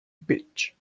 pitch